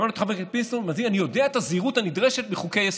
שמענו את חבר הכנסת פינדרוס: אני יודע את הזהירות הנדרשת בחוקי-יסוד.